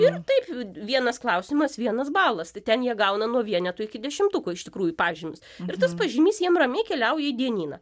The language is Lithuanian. ir taip vienas klausimas vienas balas tai ten jie gauna nuo vieneto iki dešimtuko iš tikrųjų pažymius ir tas pažymys jiem ramiai keliauja į dienyną